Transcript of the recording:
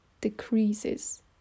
decreases